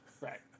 Right